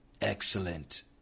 Excellent